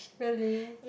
really